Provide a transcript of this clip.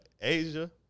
Asia